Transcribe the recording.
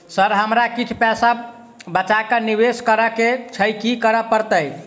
Sir हमरा किछ पैसा बचा कऽ निवेश करऽ केँ छैय की करऽ परतै?